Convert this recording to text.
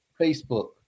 Facebook